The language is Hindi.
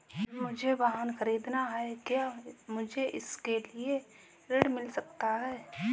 मुझे वाहन ख़रीदना है क्या मुझे इसके लिए ऋण मिल सकता है?